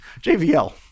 JVL